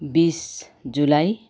बिस जुलाई